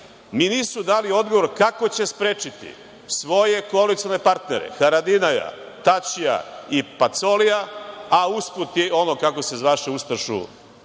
mi nisu dali odgovor kako će sprečiti svoje koalicione partnere Haradinaja, Tačija i Pacolija, a usput i onog, kako se zvaše, ustašu